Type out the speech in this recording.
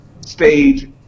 stage